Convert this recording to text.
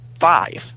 five